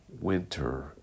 winter